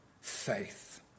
faith